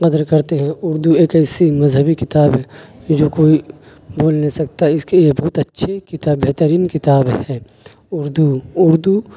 قدر کرتے ہیں اردو ایک ایسی مذہبی کتاب ہے جو کوئی بول نہیں سکتا اس کے یہ بہت اچھی کتاب ہے بہترین کتاب ہے اردو اردو